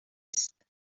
است